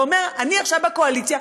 ואומר: אני עכשיו בקואליציה,